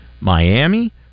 Miami